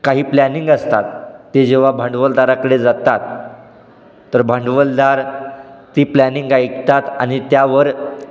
काही प्लॅनिंग असतात ते जेव्हा भांडवलदाराकडे जातात तर भांडवलदार ती प्लॅनिंग ऐकतात आणि त्यावर